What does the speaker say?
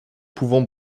pouvant